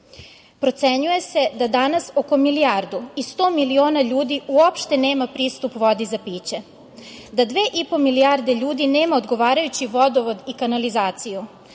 Procenjuje se da danas oko milijardu i sto miliona ljudi uopšte nema pristup vodi za piće, Da dve i po milijarde ljudi nema odgovarajući vodovod i kanalizaciju,